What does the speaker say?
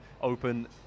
open